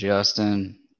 Justin